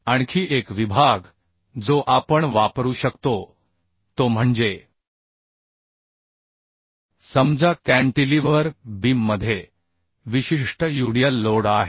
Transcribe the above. आणखी एक विभाग जो आपण वापरू शकतो तो म्हणजे समजा कॅन्टिलीव्हर बीममध्ये विशिष्ट यूडियल लोड आहे